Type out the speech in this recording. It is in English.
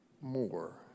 more